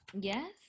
yes